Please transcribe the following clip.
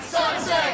Sunset